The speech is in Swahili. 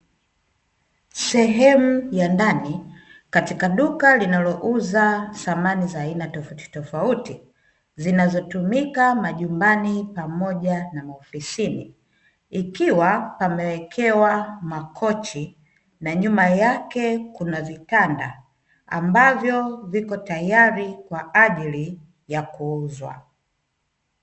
Sehemu ya ndani katika duka linalouza thamani za aina tofautitofauti zinazotumika majumbani pamoja na maofisini, ikiwa amewekewa makochi na nyuma yake kuna vitanda ambavyo viko tayari kwa ajili ya kuuzwa.